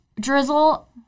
drizzle